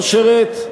ולא שירת,